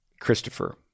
Christopher